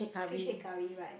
fish head curry right